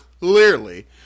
Clearly